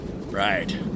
Right